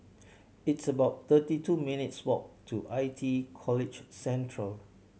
it's about thirty two minutes' walk to I T E College Central